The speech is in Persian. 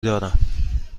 دارم